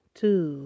two